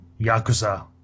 Yakuza